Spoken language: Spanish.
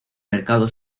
mercado